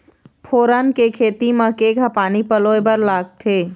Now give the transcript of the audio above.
फोरन के खेती म केघा पानी पलोए बर लागथे?